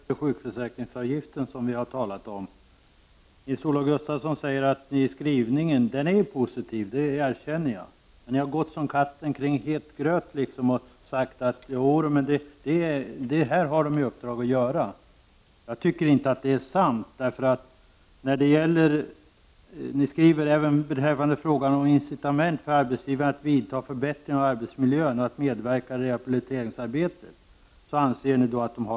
Herr talman! Jag vill ta upp ett par frågor. När det gäller den differentierade sjukförsäkringsavgiften, som vi har talat om, är skrivningen positiv, som Nils-Olof Gustafsson säger. Det erkänner jag. Man ni har gått som katten kring het gröt när ni har talat om vad som ingår i utredningens uppdrag. Jag tycker inte att det ni säger är sant. Ni skriver att det ingår i uppdraget att ta upp frågan om incitament för arbetsgivaren att vidta förbättringar av arbetsmiljön och medverka i rehabiliteringsarbetet.